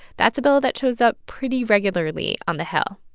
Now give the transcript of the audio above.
that's a bill that shows up pretty regularly on the hill.